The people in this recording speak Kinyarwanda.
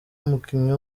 mukinnyi